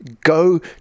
go